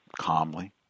Calmly